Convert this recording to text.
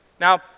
Now